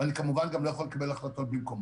אני כמובן גם לא יכול לקבל החלטות במקומו.